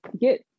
get